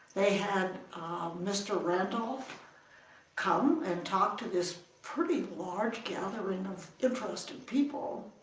had mr. randolph come and talk to this pretty large gathering of interested people.